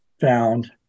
found